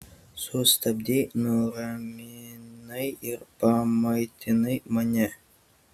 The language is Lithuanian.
sustabdei nuraminai ir pamaitinai mane